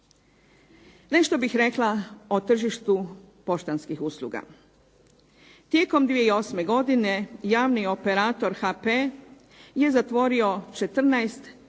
Nešto bih rekla o tržištu poštanskih usluga. Tijekom 2008. godine javni operator HP je zatvorio 14